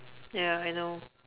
ya I know